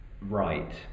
right